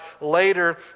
later